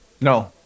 No